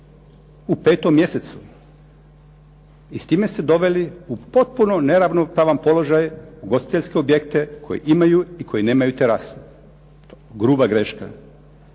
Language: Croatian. u petom mjesecu? I s time ste doveli u potpuno neravnopravan položaj ugostiteljske objekte koji imaju i koji nemaju terase. Gruba greška.